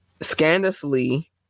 scandalously